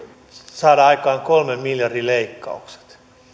saada aikaan kolmen miljardin leikkaukset